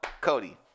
Cody